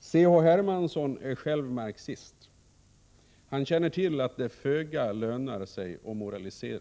C.-H. Hermansson är själv marxist. Han känner till att det lönar sig föga att moralisera.